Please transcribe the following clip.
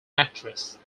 actress